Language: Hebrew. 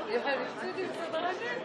הרבה, המון ביטול תורה שיכול להיווצר מזה.